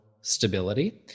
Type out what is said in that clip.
stability